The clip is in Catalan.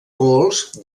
pols